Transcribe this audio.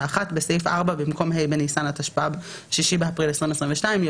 בסעיף 4 במקום 'ה׳ בניסן התשפ״ב (6 באפריל 2022)'